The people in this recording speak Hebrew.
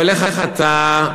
אבל איך אתה,